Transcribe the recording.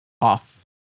off